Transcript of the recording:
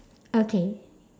okay